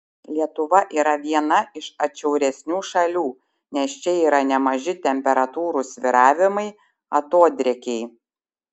lietuva yra viena iš atšiauresnių šalių nes čia yra nemaži temperatūrų svyravimai atodrėkiai